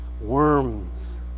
Worms